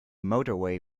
motorway